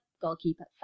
goalkeeper